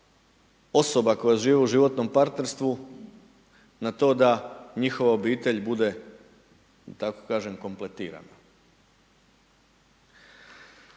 osoba koje žive u životnom partnerstvu, na to da njihova obitelj bude, tako kažem, kompletirana.